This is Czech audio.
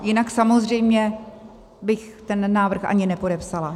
Jinak samozřejmě bych ten návrh ani nepodepsala.